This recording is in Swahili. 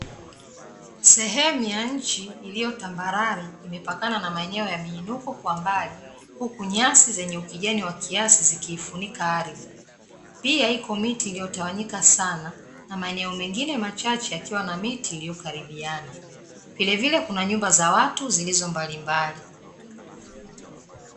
Sehemu ya nchi iliyo tambarare imepakana na maeneo ya miinuko kwa mbali, huku nyasi zenye ukijani wa kiasi zikiifunika ardhi. Pia, iko miti iliyotawanyika sana, na maeneo mengine machache yakiwa na miti iliyokaribiana. Vilevile, kuna nyumba za watu zilizo mbalimbali.